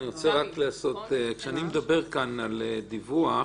לרבות הקשיים ביישומו,